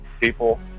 people